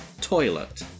Toilet